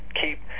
keep